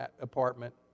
apartment